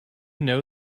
know